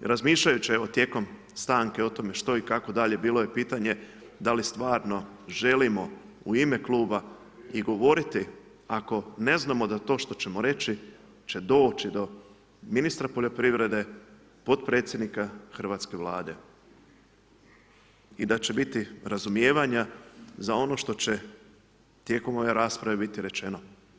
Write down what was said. razmišljajući evo tijekom stanke što i kako dalje, bilo je pitanje da li stvarno želimo u ime kluba i govoriti ako ne znamo da to što ćemo reći će doći do ministra poljoprivrede, potpredsjednika hrvatske Vlade i da će biti razumijevanja za ono što će tijekom ove rasprave biti rečeno.